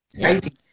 Crazy